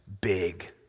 big